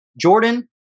Jordan